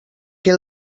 què